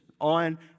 on